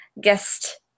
guest